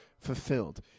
fulfilled